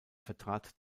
vertrat